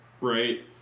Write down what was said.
Right